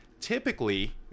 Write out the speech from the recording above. typically